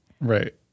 Right